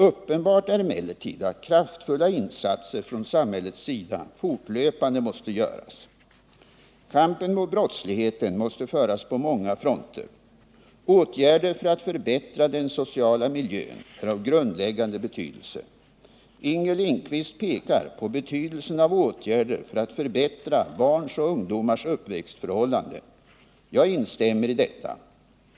Uppenbart är emellertid att kraftfulla insatser från samhällets sida fortlöpande måste göras. Kampen mot brottsligheten måste föras på många fronter. Åtgärder för att förbättra den sociala miljön är av grundläggande betydelse. Inger Lindquist pekar på betydelsen av åtgärder för att förbättra barns och ungdomars uppväxtförhållanden. Jag instämmer i detta.